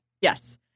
Yes